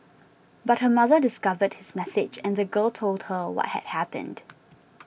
but her mother discovered his message and the girl told her what had happened